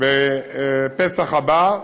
בפסח הבא.